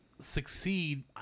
succeed